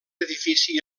edifici